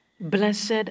Blessed